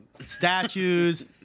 statues